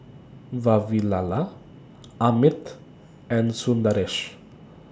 Vavilala Amit and Sundaresh